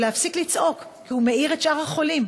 להפסיק לצעוק כי הוא מעיר את שאר החולים.